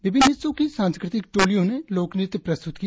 विभिन्न हिस्सों की सांस्कृतिक टोलियों ने लोक नृत्य प्रस्तुत किया